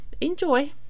Enjoy